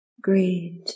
greed